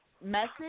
message